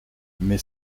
mais